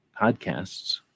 podcasts